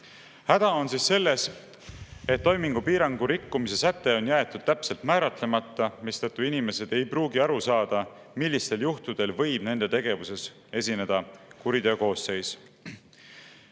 Häda on selles, et toimingupiirangu rikkumise säte on jäetud täpselt määratlemata, mistõttu inimesed ei pruugi aru saada, millistel juhtudel võib nende tegevuses esineda kuriteokoosseis.